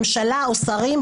ממשלה או שרים,